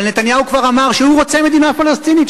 אבל נתניהו כבר אמר שהוא רוצה מדינה פלסטינית,